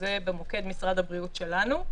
שזה במוקד משרד הבריאות שלנו.